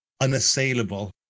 unassailable